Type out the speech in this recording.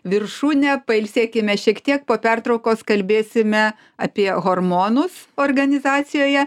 viršūnę pailsėkime šiek tiek po pertraukos kalbėsime apie hormonus organizacijoje